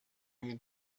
nich